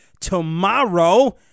tomorrow